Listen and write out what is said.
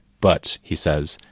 but he says,